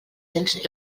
cents